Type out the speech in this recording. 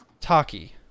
Taki